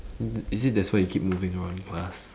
i~ is it that's why you keep moving around in class